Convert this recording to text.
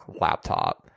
laptop